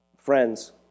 Friends